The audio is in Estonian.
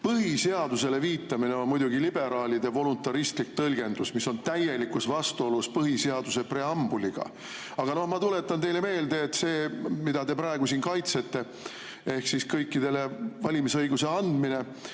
põhiseadusele viitamine on muidugi liberaalide voluntaristlik tõlgendus, mis on täielikus vastuolus põhiseaduse preambuliga. Aga ma tuletan teile meelde, et see, mida te praegu siin kaitsete, ehk siis kõikidele valimisõiguse andmine